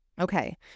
Okay